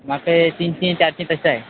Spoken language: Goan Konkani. म्हाका एक तिनशीं चारशीं तश जाय